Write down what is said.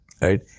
Right